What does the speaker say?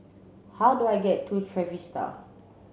how do I get to Trevista